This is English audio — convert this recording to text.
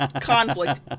conflict